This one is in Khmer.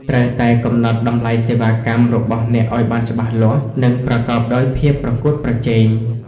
ត្រូវតែ កំណត់តម្លៃសេវាកម្ម របស់អ្នកឱ្យបានច្បាស់លាស់ និងប្រកបដោយភាពប្រកួតប្រជែង។